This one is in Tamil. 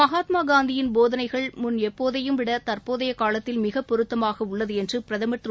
மகாக்மாகாந்தியின் போகனைகள் முன்னெப்போதையும் விடகற்போதையனூலக்தில் மிகப் பொருத்தமாகஉள்ளதுஎன்றபிரதமர் திரு